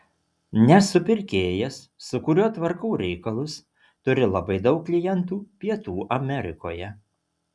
nes supirkėjas su kuriuo tvarkau reikalus turi labai daug klientų pietų amerikoje